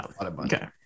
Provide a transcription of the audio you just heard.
okay